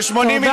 וזה לא מספיק,